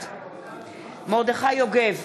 בעד מרדכי יוגב,